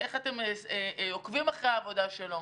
איך אתם עוקבים אחרי העבודה שלו?